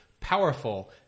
powerful